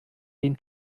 den